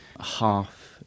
half